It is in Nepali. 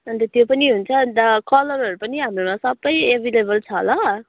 अन्त त्यो पनि हुन्छ अन्त कलरहरू पनि हाम्रोमा सबै एभाइलेबल छ ल